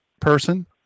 person